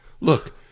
Look